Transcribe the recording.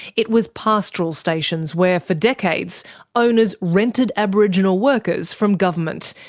it was pastoral stations where for decades owners rented aboriginal workers from government,